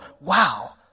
Wow